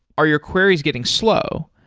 are your queries getting slow?